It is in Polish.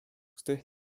których